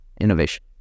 innovation